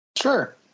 Sure